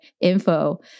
info